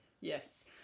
Yes